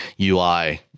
UI